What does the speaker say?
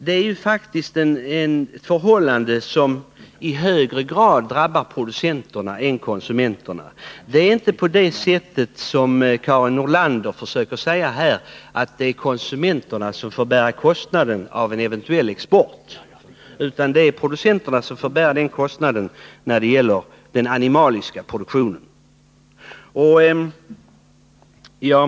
Det är ett förhållande som i högre grad drabbar producenterna än konsumenterna. Det är inte, som Karin Nordlander här försöker göra gällande, konsumenterna som får bära kostnaderna av en eventuell export, utan det är producenterna som får bära de kostnaderna när det gäller den animaliska produktionen.